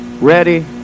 ready